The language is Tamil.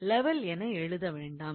லெவல் என எழுத வேண்டாம்